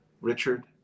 Richard